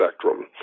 spectrum